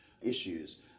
issues